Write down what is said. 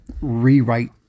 rewrite